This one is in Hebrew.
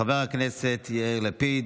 חבר הכנסת יאיר לפיד,